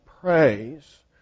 praise